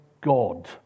God